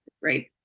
right